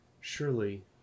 surely